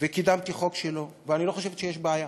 וקידמתי חוק שלו, ואני לא חושבת שיש בעיה,